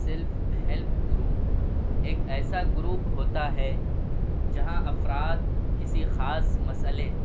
self help group ایک ایسا group ہوتا ہے جہاں افراد کسی خاص مسئلے